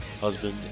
husband